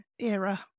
era